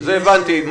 זה הבנתי.